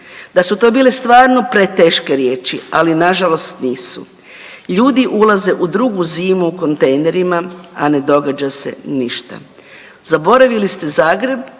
Da su to bile stvarno preteške riječi, ali nažalost nisu. Ljudi ulaze u drugu zimu u kontejnerima, a ne događa se ništa. Zaboravili ste Zagreb,